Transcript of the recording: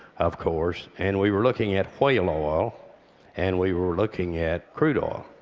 of course, and we were looking at whale ah oil and we were looking at crude oil.